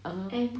err